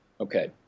Okay